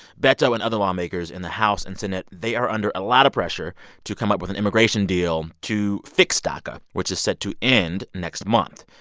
beto and other lawmakers in the house and senate, they are under a lot of pressure to come up with an immigration deal to fix daca, which is set to end next month.